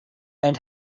and